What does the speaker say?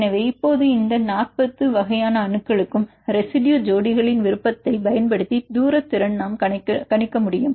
எனவே இப்போது இந்த 40 வகையான அணுக்களுக்கும் ரெசிடுயு ஜோடிகளின் விருப்பத்தைப் பயன்படுத்தி தூர திறன் நாம் கணக்கிட முடியும்